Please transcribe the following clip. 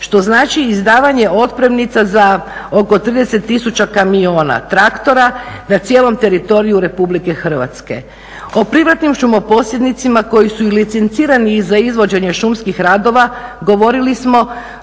što znači izdavanje otpremnica za oko 30 tisuća kamiona, traktora na cijelom teritoriju RH. O privatnim šumoposjednicima koji su licencirani i za izvođenje šumskih radova, govorili smo